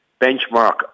benchmark